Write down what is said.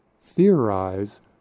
theorize